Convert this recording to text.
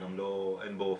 וגם אין באופק,